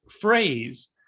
phrase